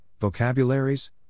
vocabularies